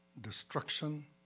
destruction